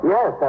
Yes